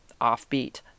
offbeat